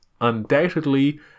Undoubtedly